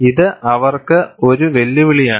ഇത് അവർക്ക് ഒരു വെല്ലുവിളിയാണ്